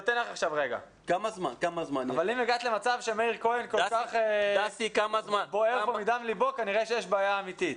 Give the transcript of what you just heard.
אבל אם הגעת למצב שמאיר כהן כועס אז כנראה שיש בעיה אמיתית.